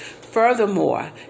Furthermore